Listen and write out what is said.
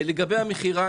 לגבי המכירה,